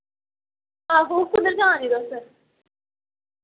आहो कुद्धर जा ने तुस